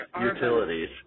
utilities